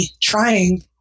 trying